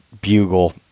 bugle